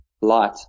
light